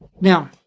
Now